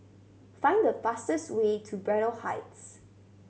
find the fastest way to Braddell Heights